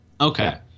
Okay